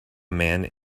man